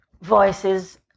voices